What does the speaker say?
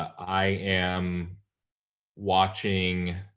i am watching